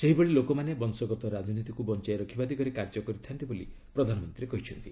ସେହି ଭଳି ଲୋକମାନେ ବଂଶଗତ ରାଜନୀତିକୁ ବଞ୍ଚାଇ ରଖିବା ଦିଗରେ କାର୍ଯ୍ୟ କରିଥାନ୍ତି ବୋଲି ପ୍ରଧାନମନ୍ତ୍ରୀ କହିଛନ୍ତି